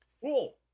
Cool